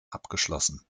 abgeschlossen